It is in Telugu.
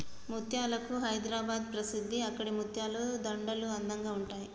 ముత్యాలకు హైదరాబాద్ ప్రసిద్ధి అక్కడి ముత్యాల దండలు అందంగా ఉంటాయి